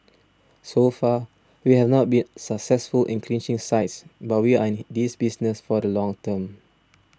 so far we have not been successful in clinching sites but we are in this business for the long term